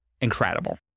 Incredible